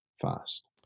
fast